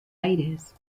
aires